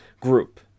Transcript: group